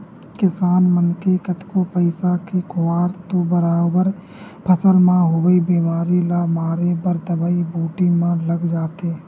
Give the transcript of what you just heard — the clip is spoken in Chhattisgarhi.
किसान मन के कतको पइसा के खुवार तो बरोबर फसल म होवई बेमारी ल मारे बर दवई बूटी म लग जाथे